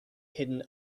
hidden